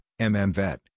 MMVet